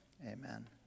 Amen